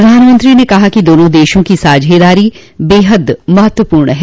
प्रधानमंत्री ने कहा कि दोनो देशों की साझेदारी बेहद महत्वपूर्ण है